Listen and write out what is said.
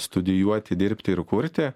studijuoti dirbti ir kurti